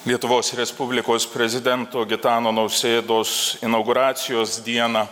lietuvos respublikos prezidento gitano nausėdos inauguracijos dieną